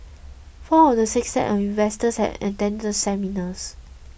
four of the six sets of investors had attended the seminars